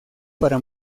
para